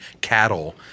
cattle